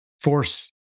force